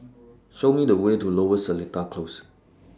Show Me The Way to Lower Seletar Close